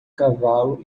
cavalo